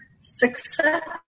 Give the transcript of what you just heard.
success